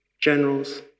generals